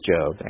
Job